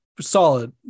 solid